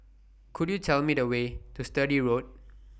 Could YOU Tell Me The Way to Sturdee Road